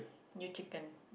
you chicken